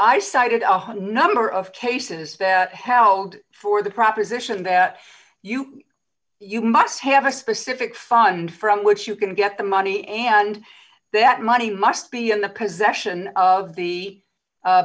hundred number of cases held for the proposition that you you must have a specific fund from which you can get the money and that money must be in the possession of the